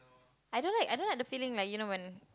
I don't like I don't like the feeling like you know when